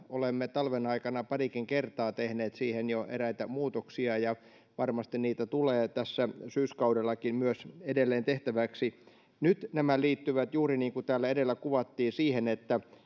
olemme talven aikana parikin kertaa tehneet siihen jo eräitä muutoksia ja varmasti niitä tulee tässä syyskaudellakin edelleen tehtäväksi nyt nämä liittyvät siihen juuri niin kuin täällä edellä kuvattiin että